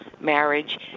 marriage